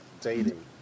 dating